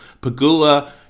pagula